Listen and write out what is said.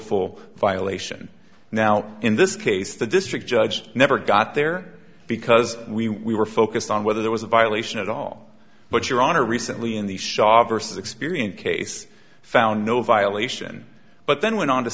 l violation now in this case the district judge never got there because we were focused on whether there was a violation at all but your honor recently in the shaab vs experience case found no violation but then went on to